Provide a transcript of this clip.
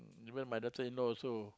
even my daughter-in-law also